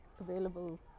available